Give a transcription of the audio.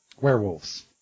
Werewolves